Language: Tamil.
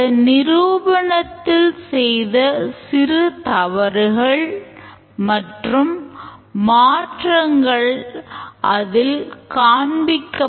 அதன் நிரூபனத்தில் செய்த சிறு தவறுகள் மற்றும் மாற்றங்கள் அதில் காண்பிக்கப்பட்டு இருக்காது